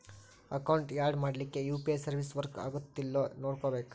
account add ಮಾಡ್ಲಿಕ್ಕೆ UPI service work ಆಗತ್ತೇಲ್ಲೋ ನೋಡ್ಕೋಬೇಕ್